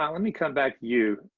um let me come back you.